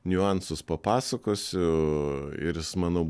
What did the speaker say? niuansus papasakosiu ir manau